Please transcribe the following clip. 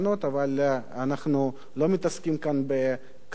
אבל אנחנו לא מתעסקים כאן בקסמים,